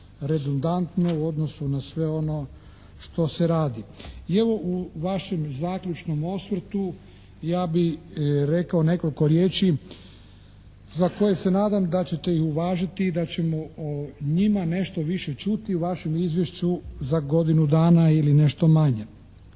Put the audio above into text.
redundantno u odnosu na sve ono što se radi. I evo, u vašem zaključnom osvrtu ja bi rekao nekoliko riječi za koje se nadam da ćete ih uvažiti i da ćemo o njima nešto više čuti u vašem izvješću za godinu dana ili nešto manje.